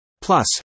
Plus